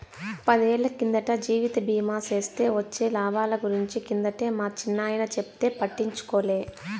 పదేళ్ళ కిందట జీవిత బీమా సేస్తే వొచ్చే లాబాల గురించి కిందటే మా చిన్నాయన చెప్తే పట్టించుకోలే